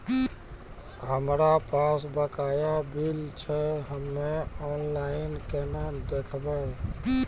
हमरा पास बकाया बिल छै हम्मे ऑनलाइन केना देखबै?